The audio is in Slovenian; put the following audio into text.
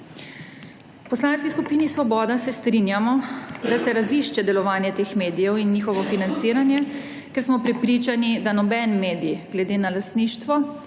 V Poslanski skupini Svoboda se strinjamo, da se razišče delovanje teh medijev in njihovo financiranje, ker smo prepričani, da noben medij glede na lastništvo